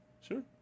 sure